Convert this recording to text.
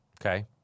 Okay